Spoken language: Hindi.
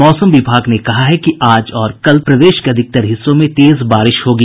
मौसम विभाग ने कहा है कि आज और कल तक प्रदेश के अधिकतर क्षेत्रों में तेज बारिश होगी